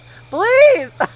Please